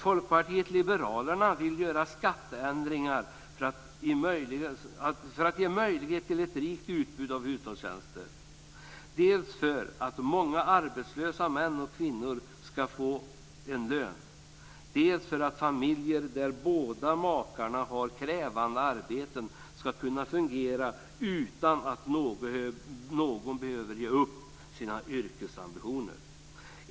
Folkpartiet liberalerna vill göra skatteändringar för att ge möjlighet till ett rikt utbud av hushållstjänster, dels för att många arbetslösa män och kvinnor ska få en lön, dels för att familjer där båda makarna har krävande arbeten ska kunna fungera utan att någon behöver ge upp sina yrkesambitioner.